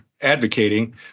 advocating